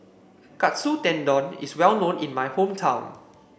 Katsu Tendon is well known in my hometown